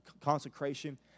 consecration